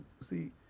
see